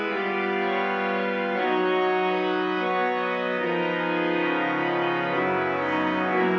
and and